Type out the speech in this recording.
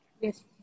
Yes